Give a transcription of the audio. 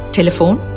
Telephone